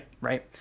Right